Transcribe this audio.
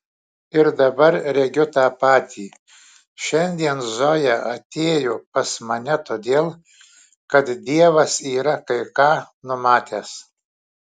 ir dabar regiu tą patį šiandien zoja atėjo pas mane todėl kad dievas yra kai ką numatęs